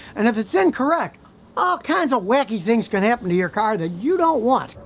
and if it's incorrect all kinds of wacky things can happen to your car that you don't want,